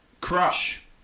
Crush